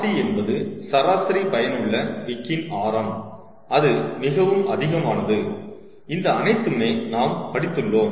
rc என்பது சராசரி பயனுள்ள விக்கின் ஆரம் அது மிகவும் அதிகமானது இந்த அனைத்துமே நாம் படித்துள்ளோம்